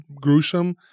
gruesome